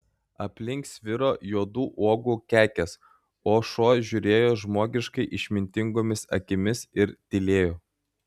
aplink sviro juodų uogų kekės o šuo žiūrėjo žmogiškai išmintingomis akimis ir tylėjo